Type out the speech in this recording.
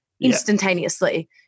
instantaneously